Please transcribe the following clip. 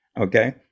Okay